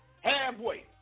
halfway